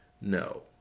no